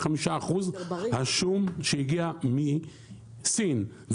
השום שהגיע מסין עלה ב-45%,